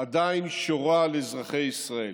עדיין שורה על אזרחי ישראל,